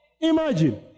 Imagine